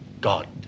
God